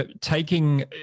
taking